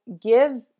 give